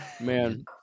man